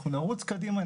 אנחנו נרוץ קדימה,